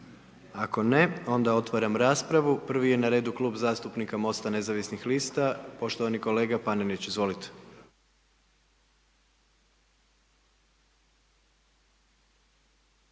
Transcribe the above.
Ako ne, onda otvaram raspravu, prvi je na redu Klub zastupnika Mosta nezavisnih lista, poštovani kolega Panenić, izvolite.